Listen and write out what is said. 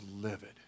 livid